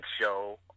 show